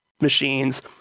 machines